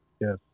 Yes